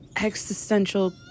Existential